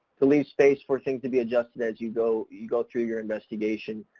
to leave space for things to be adjusted as you go, you go through your investigation,